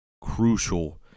crucial